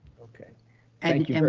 okay thank you for,